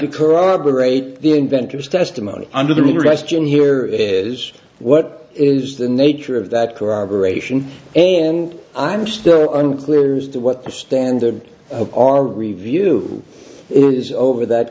to corroborate the inventor's testimony under the arrest and here is what is the nature of that corroboration all i'm still unclear as to what the standard of our review is over that